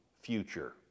future